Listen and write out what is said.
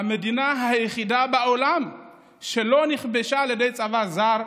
היא המדינה היחידה בעולם שלא נכבשה על ידי צבא זר.